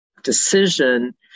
decision